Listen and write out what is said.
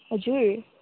हजुर